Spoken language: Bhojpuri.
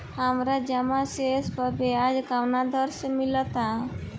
हमार जमा शेष पर ब्याज कवना दर से मिल ता?